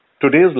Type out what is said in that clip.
today's